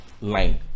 line